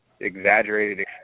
exaggerated